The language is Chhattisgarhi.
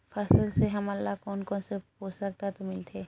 फसल से हमन ला कोन कोन से पोषक तत्व मिलथे?